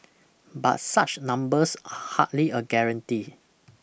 but such numbers are hardly a guarantee